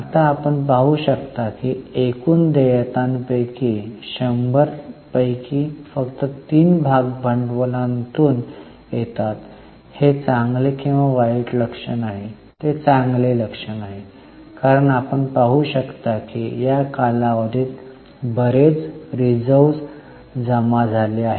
आता आपण पाहू शकता की एकूण देयतांपैकी 100 पैकी फक्त 3 भागभांडवलातून येतात हे चांगले किंवा वाईट लक्षण आहे ते चांगले लक्षण आहे कारण आपण पाहू शकता की या कालावधीत बरेच रिझर्व जमा झाले आहेत